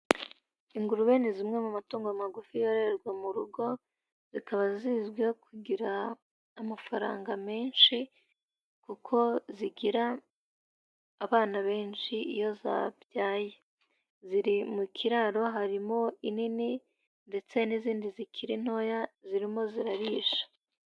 Ingurube ni zimwe mu matungo magufi yorohererwa mu rugo, zikaba zizwiho kugira amafaranga menshi kuko zigira abana benshi iyo zabyaye. Ziri mu kiraro harimo inini ndetse n'izindi zikiri ntoya zirimo zirarisha.